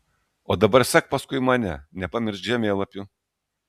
o dabar sek paskui mane nepamiršk žemėlapių